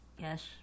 yes